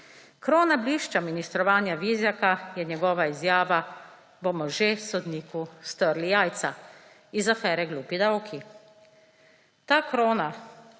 Krona blišča ministrovanja Vizjaka je njegova izjava, »bomo že sodniku strli jajca iz afere ”glupi davki“«.